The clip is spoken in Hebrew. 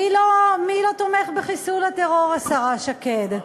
מי לא תומך בחיסול הטרור, השרה שקד?